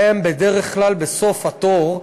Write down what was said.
הם בדרך כלל בסוף התור,